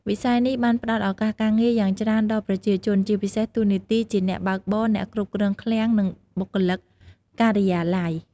វិស័យនេះបានផ្តល់ឱកាសការងារយ៉ាងច្រើនដល់ប្រជាជន ជាពិសេសតួនាទីជាអ្នកបើកបរ អ្នកគ្រប់គ្រងឃ្លាំង និងបុគ្គលិកការិយាល័យ។